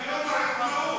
ביום העצמאות,